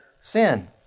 sin